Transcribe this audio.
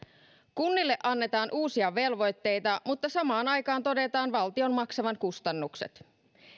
kunnille annetaan uusia velvoitteita mutta samaan aikaan todetaan valtion maksavan kustannukset